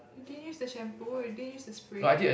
you didn't use the shampoo or you didn't use the spray